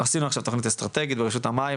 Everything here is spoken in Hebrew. עשינו עכשיו תכנית אסטרטגית ברשות המים,